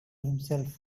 himself